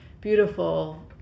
beautiful